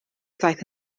daeth